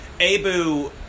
Abu